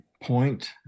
point